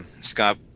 Scott